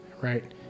right